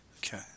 Okay